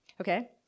okay